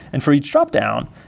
and for each drop-down,